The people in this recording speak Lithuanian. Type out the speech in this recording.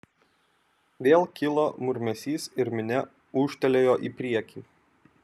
vėl kilo murmesys ir minia ūžtelėjo į priekį